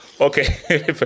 Okay